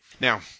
Now